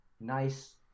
nice